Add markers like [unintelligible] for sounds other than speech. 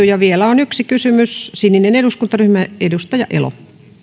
[unintelligible] ja vielä on yksi kysymys sininen eduskuntaryhmä edustaja elo